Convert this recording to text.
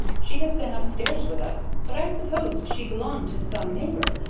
she has been up stairs with us, but i supposed she belonged to some neighbor,